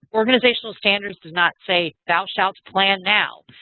organizational standards do not say, thou shalt plan now.